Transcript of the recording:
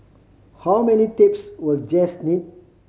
how many tapes will Jess need